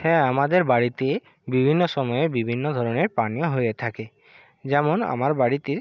হ্যাঁ আমাদের বাড়িতে বিভিন্ন সময়ে বিভিন্ন ধরনের পানীয় হয়ে থাকে যেমন আমার বাড়িতে